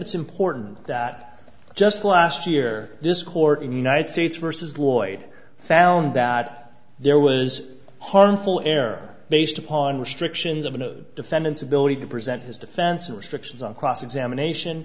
it's important that just last year this court in the united states versus lloyd found that there was a harmful error based upon restrictions on the defendant's ability to present his defense or restrictions on cross examination